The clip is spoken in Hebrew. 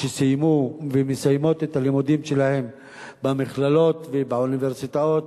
שסיימו ומסיימות את הלימודים שלהן במכללות ובאוניברסיטאות,